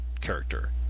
character